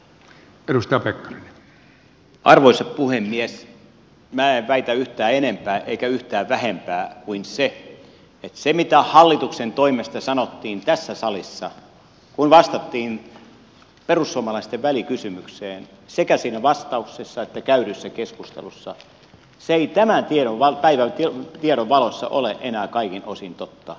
minä en väitä yhtään enempää enkä yhtään vähempää kuin sen että se mitä hallituksen toimesta sanottiin tässä salissa kun vastattiin perussuomalaisten välikysymykseen sekä siinä vastauksessa että käydyssä keskustelussa ei tämän päivän tiedon valossa ole enää kaikin osin totta